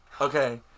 Okay